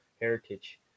heritage